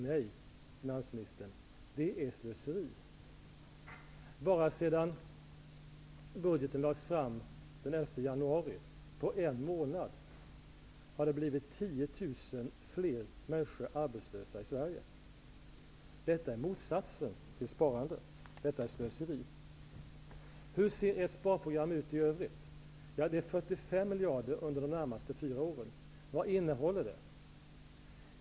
Nej, finansministern, det är slöseri. Bara sedan budgeten lades fram den 11 januari -- på en månad -- har 10 000 fler människor blivit arbetslösa i Sverige. Detta är motsatsen till sparande. Detta är slöseri. Hur ser ert sparprogram ut i övrigt? Här nämns 45 miljarder under de närmaste fyra åren. Vad innehåller det?